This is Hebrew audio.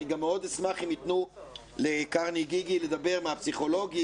אני גם מאוד אשמח אם ייתנו לקרני גיגי לדבר מהפסיכולוגים,